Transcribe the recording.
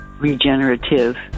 regenerative